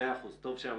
מאה אחוז, טוב שאמרת.